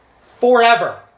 forever